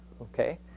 okay